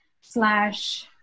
slash